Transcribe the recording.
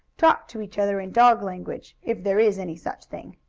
talked to each other in dog language, if there is any such thing.